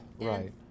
right